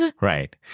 Right